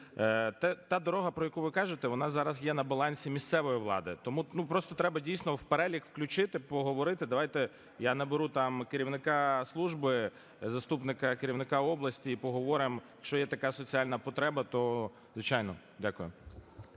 Та дорога, про яку ви кажете, вона зараз є на балансі місцевої влади. Тому просто треба, дійсно, в перелік включити, поговорити. Давайте я наберу там керівника служби, заступника керівника області і поговоримо. Якщо є така соціальна потреба, то, звичайно… Дякую.